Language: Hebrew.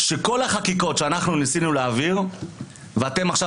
שכל החקיקות שאנחנו ניסינו להעביר ואתם עכשיו